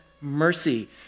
mercy